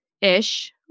ish